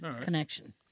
connection